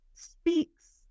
Speaks